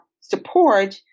support